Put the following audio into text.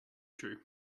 true